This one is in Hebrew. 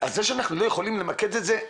אז זה שאנחנו לא יכולים למקד את זה,